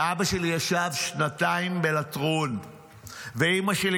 שאבא שלי ישב שנתיים בלטרון ואימא שלי,